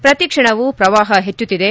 ಪ್ರತಿ ಕ್ಷಣವೂ ಪ್ರವಾಪ ಹೆಚ್ಚುಕ್ತಿದೆ